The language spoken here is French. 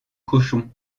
cochon